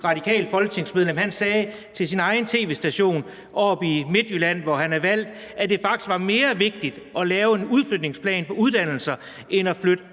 radikalt folketingsmedlem, sagde til sin egen tv-station oppe i Midtjylland, hvor han er valgt, at det faktisk var mere vigtigt at lave en udflytningsplan for uddannelser end at flytte